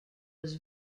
was